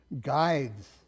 guides